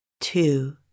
two